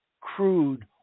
crude